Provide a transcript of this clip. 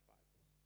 Bibles